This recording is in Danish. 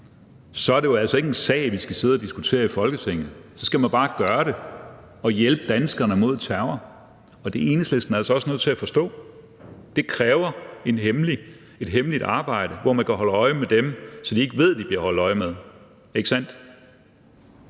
er det jo altså ikke en sag, vi skal sidde og diskutere i Folketinget. Så skal man bare gøre det og hjælpe danskerne mod terror. Det er Enhedslisten altså også nødt til at forstå. Det kræver et hemmeligt arbejde, hvor man kan holde øje med dem, så de ikke ved, at der bliver holdt øje med dem, ikke sandt?